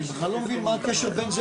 אני בכלל לא מבין מה הקשר בין,